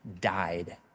died